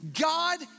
God